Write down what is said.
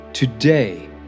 Today